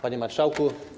Panie Marszałku!